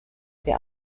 der